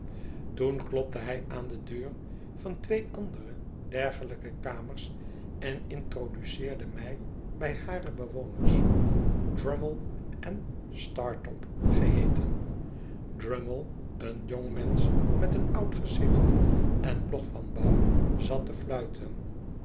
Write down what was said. toen klopte hij aan de deur van twee andere dergelijke kamers en introduceerde mij bij hare bewoners drummle en startop geheeten brummie een jongmensch met een oud gezicht en log van bouw zat te fluiten